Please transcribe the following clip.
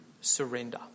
surrender